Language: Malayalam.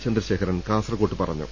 ചന്ദ്രശേഖരൻ കാസർകോട്ട് പറഞ്ഞു